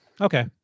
Okay